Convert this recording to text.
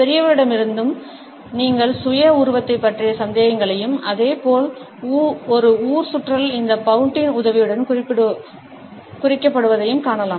பெரியவர்களிடத்திலும் நீங்கள் சுய உருவத்தைப் பற்றிய சந்தேகங்களையும் ஊர்சுற்றல் இந்த பவுட்டின் உதவியுடன் குறிக்கப்படுவதையும் காணலாம்